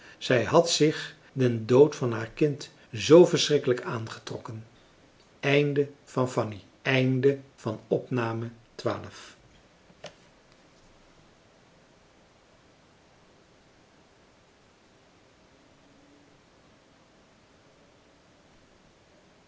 zij had zich den dood van haar kind zoo verschrikkelijk aangetrokken